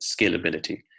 scalability